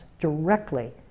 directly